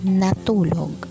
natulog